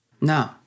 No